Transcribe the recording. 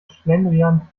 schlendrian